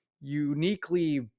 uniquely